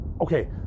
okay